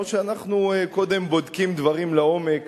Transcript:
או שאנחנו קודם בודקים דברים לעומק